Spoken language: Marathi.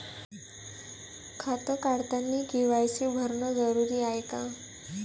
खातं काढतानी के.वाय.सी भरनं जरुरीच हाय का?